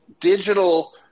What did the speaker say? digital